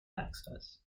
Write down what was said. access